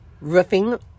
roofing